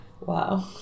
Wow